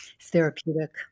therapeutic